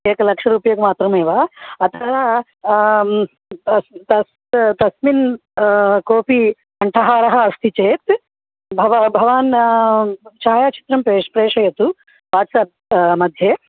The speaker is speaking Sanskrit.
एकलक्षरूप्यकमात्रमेव अतः आम् तस् तस्मिन् कोपि कण्ठहारः अस्ति चेत् भव भवान् छायाचित्रं प्रेष् प्रेषयतु वाट्साप् मध्ये